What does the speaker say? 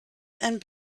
and